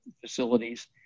facilities